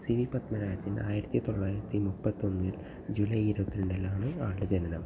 C V Padmarajan ആയിരത്തി തൊള്ളായിരത്തി മുപ്പത്തി ഒന്നിൽ ജൂലൈ ഇരുപത്തിരണ്ടിലാണ് ആളുടെ ജനനം